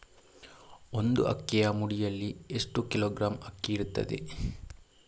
ಒಂದು ಅಕ್ಕಿಯ ಮುಡಿಯಲ್ಲಿ ಎಷ್ಟು ಕಿಲೋಗ್ರಾಂ ಅಕ್ಕಿ ಇರ್ತದೆ?